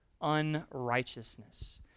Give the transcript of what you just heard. unrighteousness